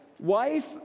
Wife